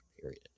period